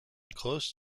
close